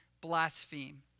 blaspheme